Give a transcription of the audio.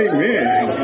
Amen